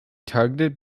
targeted